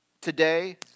Today